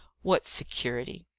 what security?